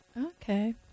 Okay